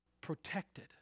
protected